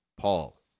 Paul